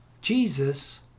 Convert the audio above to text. Jesus